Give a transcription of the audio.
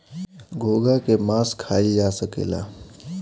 घोंघा के मास खाइल जा सकेला